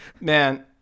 Man